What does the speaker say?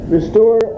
Restore